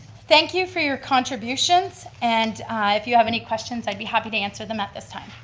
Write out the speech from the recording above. thank you for your contributions and if you have any questions, i'd be happy to answer them at this time.